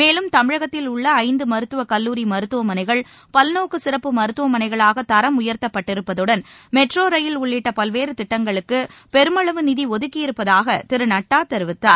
மேலும் தமிழகத்தில் உள்ள ஐந்து மருத்துவக் கல்லூரி மருத்துவமனைகள் பல்நோக்கு சிறப்பு மருத்துவமனைகளாக தரம் உயர்த்தப்பட்டிருப்பதுடன் மெட்ரோ ரயில் உள்ளிட்ட பல்வேறு திட்டங்களுக்கு பெருமளவு நிதி ஒதுக்கியிருப்பதாக திரு நட்டா தெரிவித்தார்